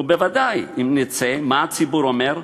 ובוודאי אם נצא, מה הציבור אומר?